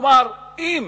כלומר, אם